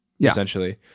essentially